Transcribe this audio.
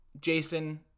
Jason